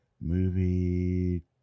movie